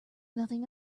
nothing